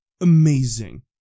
amazing